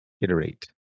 iterate